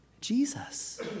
Jesus